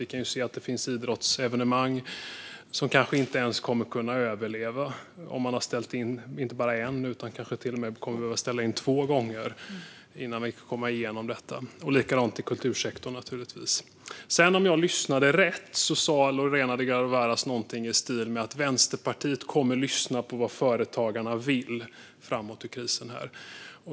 Vi kan se att det finns idrottsevenemang som kanske inte ens kommer att kunna överleva efter att ha behövt ställa in kanske inte bara en gång utan till och med två gånger innan vi kommit igenom detta. Likadant är det i kultursektorn, naturligtvis. Om jag lyssnade rätt sa sedan Lorena Delgado Varas någonting i stil med att Vänsterpartiet kommer att lyssna på vad företagarna vill framåt i krisen.